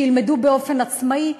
שילמדו באופן עצמאי.